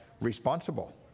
responsible